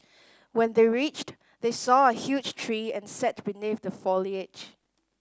when they reached they saw a huge tree and sat beneath the foliage